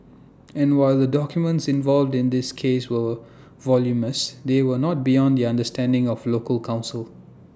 and while the documents involved in this case were voluminous they were not beyond the understanding of local counsel